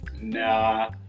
Nah